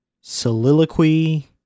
Soliloquy